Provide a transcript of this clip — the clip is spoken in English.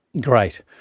Great